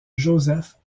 josèphe